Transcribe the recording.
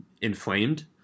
inflamed